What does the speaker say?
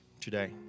today